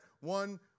one